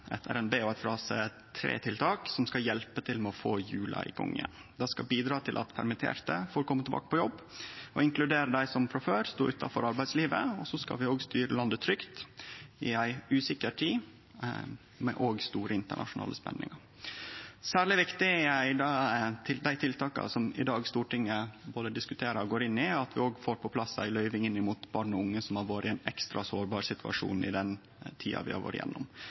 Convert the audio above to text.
RNB- og fase 3-tiltak som skal hjelpe til med å få hjula i gang igjen. Det skal bidra til at permitterte får kome tilbake på jobb, og inkludere dei som frå før stod utanfor arbeidslivet, og så skal vi òg styre landet trygt i ei usikker tid med store internasjonale spenningar. Særleg viktig i dei tiltaka som Stortinget diskuterer og går inn i i dag, er at vi òg får på plass ei løyving inn mot barn og unge som har vore i ein ekstra sårbar situasjon i den tida vi har vore gjennom.